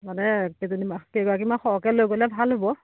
মানে কেইজনী কেইগৰাকীমান সৰহকৈ লৈ গ'লে ভাল হ'ব